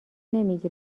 نمیگی